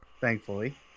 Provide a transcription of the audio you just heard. thankfully